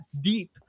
deep